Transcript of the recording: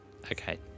Okay